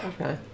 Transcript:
okay